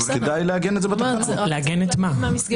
אני חושב שכדאי לעגן את זה בתקנות.